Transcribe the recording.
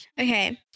Okay